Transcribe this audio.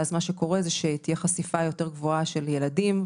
זה יוביל לכך שתהיה חשיפה יותר גבוהה של ילדים,